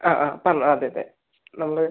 ആ ആ പറ അതെ അതെ നമ്മൾ